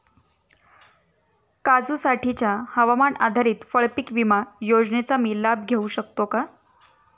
काजूसाठीच्या हवामान आधारित फळपीक विमा योजनेचा मी लाभ घेऊ शकतो का?